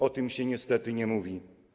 O tym się niestety nie mówi.